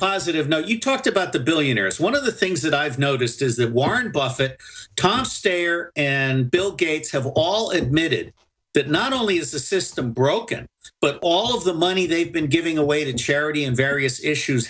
positive note you talked about the billionaire is one of the things that i've noticed is that warren buffett constant and bill gates have all admitted that not only is the system broken but all of the money they've been giving away to charity and various issues